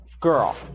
Girl